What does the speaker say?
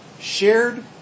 shared